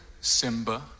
Simba